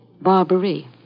Barbary